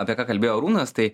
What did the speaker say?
apie ką kalbėjo arūnas tai